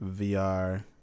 vr